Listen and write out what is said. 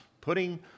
putting